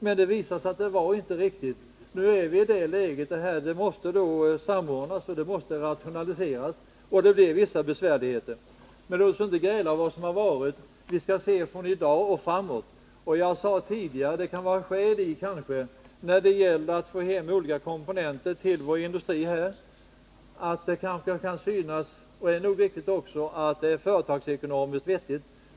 Men detta visade sig inte vara riktigt. Nu har vi ett läge där verksamheterna måste samordnas och rationaliseras, vilket föranleder vissa besvärligheter. Men låt oss inte gräla om vad som har varit, utan i stället se framåt! Jag sade tidigare att det kanske kan synas vara företagsekonomiskt vettigt — och så är nog också förhållandet — att föra in olika komponenter till vår industri.